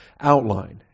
outline